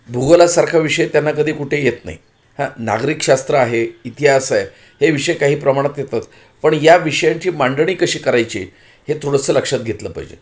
भूगोलासारखा विषय त्यांना कधी कुठे येत नाही हा नागरिक शास्त्र आहे इतिहास आहे हे विषय काही प्रमाणात येतात पण या विषयांची मांडणी कशी करायची हे थोडंसं लक्षात घेतलं पाहिजे